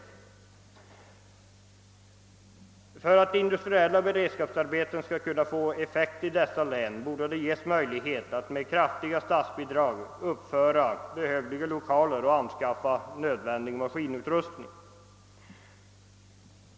För att industriella beredskapsarbeten skall kunna få effekt i dessa län borde det ges möjlighet att med kraftiga statsbidrag uppföra behövliga lokaler och anskaffa nödvändig maskinutrustning.